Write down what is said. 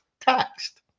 taxed